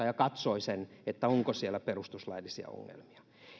ja katsoi onko siellä perustuslaillisia ongelmia